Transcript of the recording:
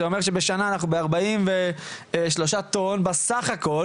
זה אומר שבשנה אנחנו ב-43 טון בסך הכל